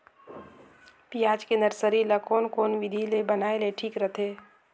पियाज के नर्सरी ला कोन कोन विधि ले बनाय ले ठीक रथे?